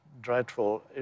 dreadful